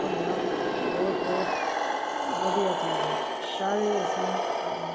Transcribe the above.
ਭੰਗੜਾ ਬਹੁਤ ਬਹੁਤ ਵਧੀਆ ਚੀਜ਼ ਆ ਸਾਰੇ ਇਸ ਨੂੰ